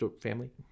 family